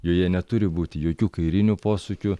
joje neturi būti jokių kairinių posūkių